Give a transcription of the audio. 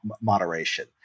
moderation